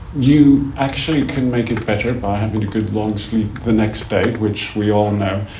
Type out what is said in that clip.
you actually can make it better by having a good long sleep the next day, which we all know.